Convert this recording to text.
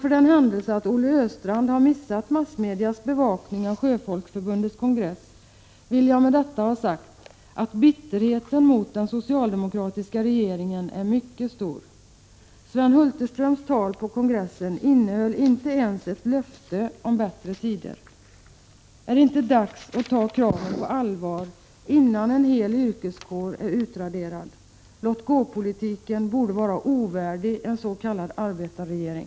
För den händelse att Olle Östrand har missat massmedias bevakning av Sjöfolksförbundets kongress, vill jag med detta ha sagt att bitterheten mot den socialdemokratiska regeringen är mycket stor. Sven Hulterströms tal på kongressen innehöll inte ens ett löfte om bättre tider. Är det inte dags att ta kraven på allvar, innan en hel yrkeskår är utraderad? Låt-gå-politiken borde vara ovärdig en s.k. arbetarregering.